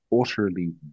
utterly